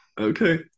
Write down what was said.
Okay